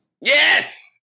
Yes